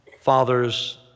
fathers